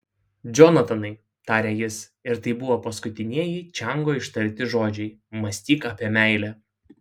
džonatanai tarė jis ir tai buvo paskutinieji čiango ištarti žodžiai mąstyk apie meilę